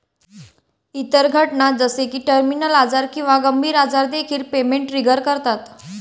इतर घटना जसे की टर्मिनल आजार किंवा गंभीर आजार देखील पेमेंट ट्रिगर करतात